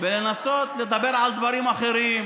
ולנסות לדבר על דברים אחרים,